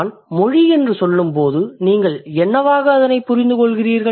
நான் மொழி என்று சொல்லும்போது நீங்கள் என்னவாக அதனைப் புரிந்துகொள்கிறீர்கள்